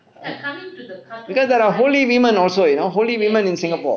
because there are holy women also you know holy women in singapore